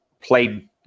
played